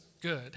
good